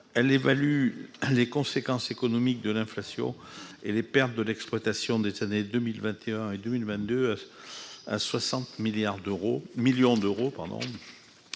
elle évalue les conséquences économiques de l'inflation et les pertes de l'exploitation des années 2021 et 2022 à 60 milliards d'euros,